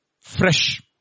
Fresh